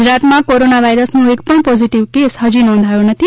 ગુજરાતમાં કોરોના વાયરસનો એક પણ પોઝીટવ કેસ હજી સુધી નોંધાયો નથી